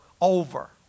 over